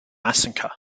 massacre